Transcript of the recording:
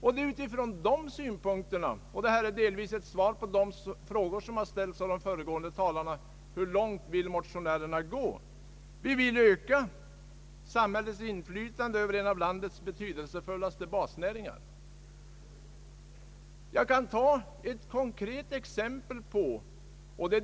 De föregående talarna har frågat hur långt motionärerna vill gå. Vi vill utifrån dessa värderingar öka samhällets inflytande över en av landets betydelsefullaste basnäringar.